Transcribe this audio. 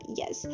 yes